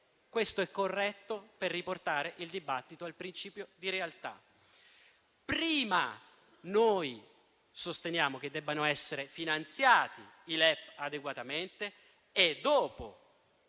Questo è corretto, per riportare il dibattito al principio di realtà. Noi sosteniamo che prima debbano essere finanziati adeguatamente i LEP